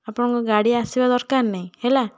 ଆପଣଙ୍କ ଗାଡ଼ି ଆସିବା ଦରକାର ନାଇଁ ହେଲା